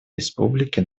республики